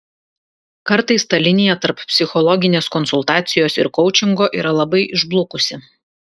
kartais ta linija tarp psichologinės konsultacijos ir koučingo yra labai išblukusi